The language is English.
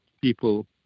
people